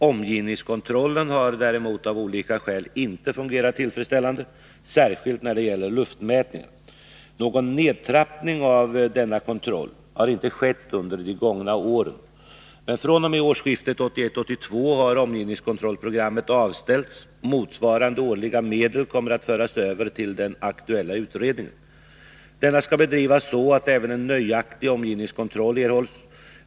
Omgivningskontrollen har däremot av olika skäl inte fungerat tillfredsställande, särskilt när det gäller luftmätningarna. Någon nedtrappning av denna kontroll har inte skett under Nr 96 de gångna åren, men fr.o.m. årsskiftet 1981-1982 har omgivningskontroll Fredagen den programmet avställts, och motsvarande årliga medel kommer att föras över 12 mars 1982 till den aktuella utredningen. Denna skall bedrivas så att även en nöjaktig omgivningskontroll erhålls.